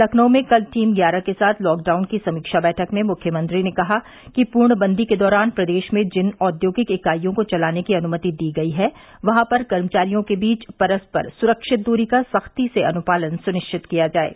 लखनऊ में कल टीम ग्यारह के साथ लॉकडाउन की समीक्षा बैठक में मुख्यमंत्री ने कहा कि पूर्णबन्दी के दौरान प्रदेश में जिन औद्योगिक इकाइयों को चलाने की अनुमति दी गई है वहां पर कर्मचारियों के बीच परस्पर सुरक्षित दूरी का सख्ती से अनुपालन सुनिश्चित किया जाये